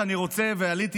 שר?